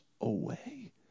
away